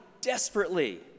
desperately